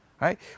Right